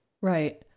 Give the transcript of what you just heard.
Right